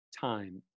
time